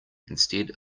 instead